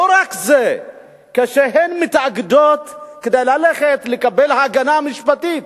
לא רק זה, כשהן מתאגדות כדי ללכת לקבל הגנה משפטית